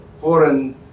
foreign